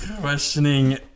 questioning